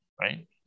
right